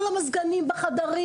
כל המזגנים דולקים,